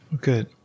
Good